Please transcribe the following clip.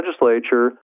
legislature